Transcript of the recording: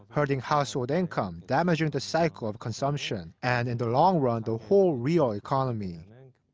hurting household income, damaging the cycle of consumption and, in the long run, the whole real economy. and and